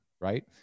right